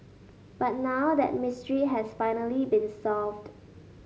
but now that mystery has finally been solved